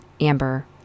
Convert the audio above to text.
Amber